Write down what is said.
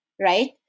right